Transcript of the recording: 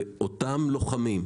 אותם לוחמים,